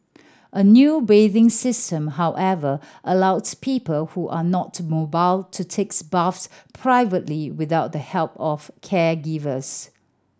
a new bathing system however allows people who are not mobile to takes baths privately without the help of caregivers